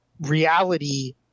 reality